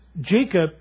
Jacob